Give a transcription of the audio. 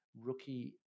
rookie